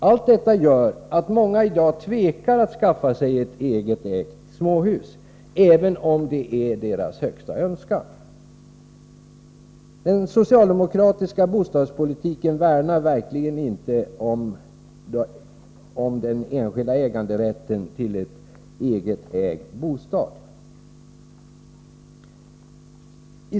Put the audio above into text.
Allt detta gör att många i dag tvekar att skaffa sig ett egenägt småhus, även om det är deras högsta önskan. Den socialdemokratiska bostadspolitiken värnar verkligen inte om rätten till enskilt ägande av en egen bostad.